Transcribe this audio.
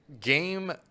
game